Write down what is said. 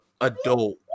adult